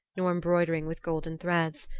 nor embroidering with golden threads,